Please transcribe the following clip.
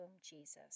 Jesus